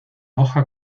hoja